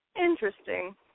Interesting